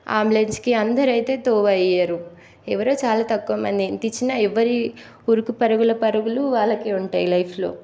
అంబులెన్స్కి అందరు అయితే తోవ ఇవ్వరు ఎవరో చాలా తక్కువ మంది ఎంత ఇచ్చినా ఎవరి ఉరుకు పరుగుల పరుగులు వాళ్ళకి ఉంటాయి లైఫ్లో